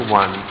one